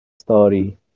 story